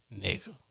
Nigga